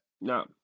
No